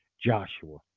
Joshua